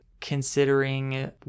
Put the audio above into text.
considering